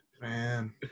Man